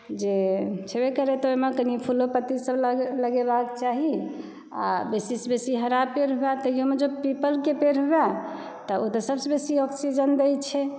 जे छबे करै तऽ ओहिमे कनी फूलो पत्ती सब लगेबाक चाही आ बेसीसँ बेसी हरा पेड़ हुए तहियो मे जे पीपरके पेड़ हुए तऽ ओ तऽ सबसँ बेसी ऑक्सीजन दै छै